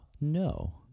No